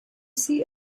see